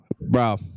Bro